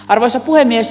arvoisa puhemies